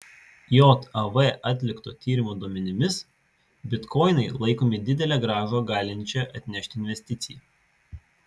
jav atlikto tyrimo duomenimis bitkoinai laikomi didelę grąžą galinčia atnešti investicija